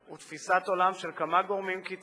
הוא תפיסת עולם של כמה גורמים קיצוניים